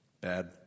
bad